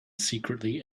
secretly